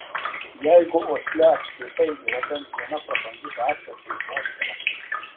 jeigu osle apskritai yra bent viena prabangi gatvė tai oskaro